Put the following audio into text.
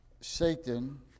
Satan